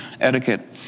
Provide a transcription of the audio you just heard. etiquette